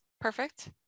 Perfect